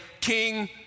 king